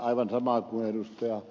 aivan samoin kuin ed